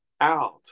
out